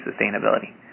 sustainability